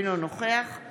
אינו נוכח חוה